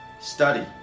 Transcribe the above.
study